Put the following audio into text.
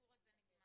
שהסיפור הזה נגמר.